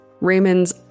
Raymond's